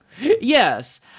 Yes